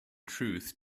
truth